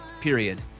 period